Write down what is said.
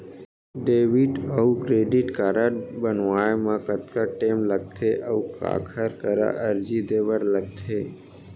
Debit अऊ credit card बनवाए मा कतका टेम लगथे, अऊ काखर करा अर्जी दे बर लगथे?